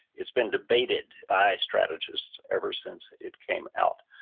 it's been debated by strategists ever since it came out.